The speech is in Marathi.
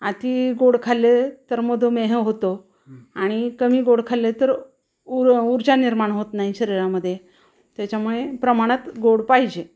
आती गोड खाल्ले तर मदुमेह होतो आणि कमी गोड खाल्ले तर उ ऊर्जा निर्माण होत नाही शरीरामध्ये त्याच्यामुळे प्रमाणात गोड पाहिजे